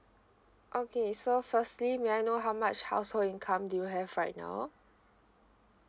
okay so firstly may I know how much household income do you have right now